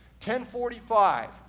10.45